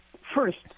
First